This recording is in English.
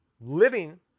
living